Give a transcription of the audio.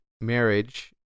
marriage